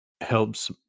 helps